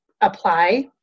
apply